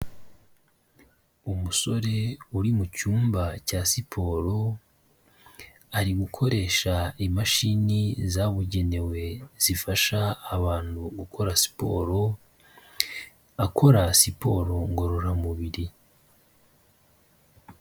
Umusore uri mu cyumba cya siporo, ari gukoresha imashini zabugenewe zifasha abantu gukora siporo, akora siporo ngororamubiri.